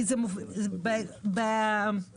בשים לב גם לאינטרסים של הנהגים וגם לאינטרסים של הציבור.